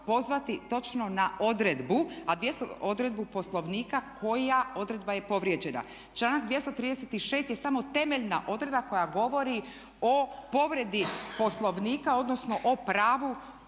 točno na odredbu Poslovnika koja odredba je povrijeđena. Članak 236. je samo temeljna odredba koja govori o povredi Poslovnika odnosno o pravu